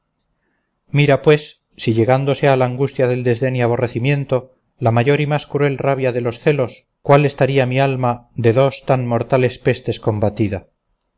mira pues si llegándose a la angustia del desdén y aborrecimiento la mayor y más cruel rabia de los celos cuál estaría mi alma de dos tan mortales pestes combatida